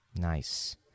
Nice